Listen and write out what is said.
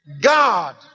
God